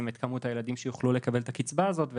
את כמות הילדים שיוכלו לקבל את הקצבה הזאת,